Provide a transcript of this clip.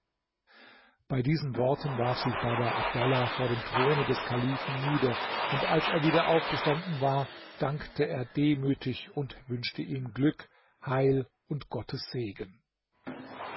bei diesen worten warf sich baba abdallah vor dem throne des kalifen nieder und als er wieder aufgestanden war dankte er demütig und wünschte ihm glück heil und gottes segen